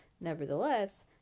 Nevertheless